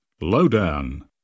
Lowdown